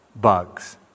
bugs